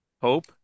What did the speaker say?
Hope